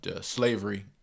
slavery